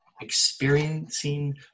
Experiencing